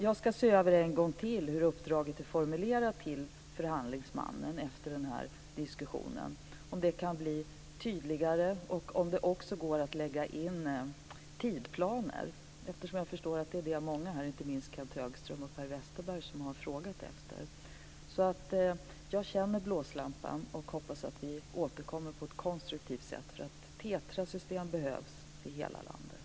Jag ska ännu en gång se över hur uppdraget är formulerat till förhandlingsmannen efter denna diskussion, om det går att göra det tydligare och om det går att lägga in tidsplaner. Det är det många - inte minst Kenth Högström och Per Westerberg - som har frågat efter. Jag känner blåslampan, och jag hoppas att vi återkommer på ett konstruktivt sätt. TETRA-system behövs i hela landet.